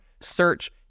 search